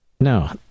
No